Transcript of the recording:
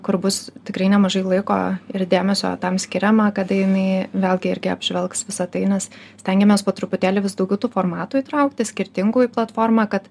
kur bus tikrai nemažai laiko ir dėmesio tam skiriama kada jinai vėlgi irgi apžvelgs visą tai nes stengiamės po truputėlį vis daugiau tų formatų įtraukti skirtingų į platformą kad